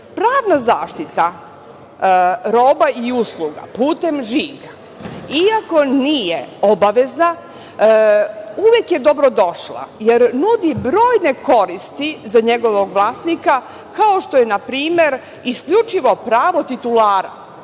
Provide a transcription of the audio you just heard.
pravna zaštita roba i usluga putem žiga iako nije obavezna uvek je dobrodošla jer nudi brojne koristi za njegovog vlasnika kao što je na primer isključivo pravo titulara